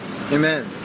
Amen